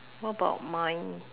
what about mine